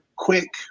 quick